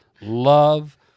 love